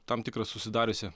tam tikra susidariusi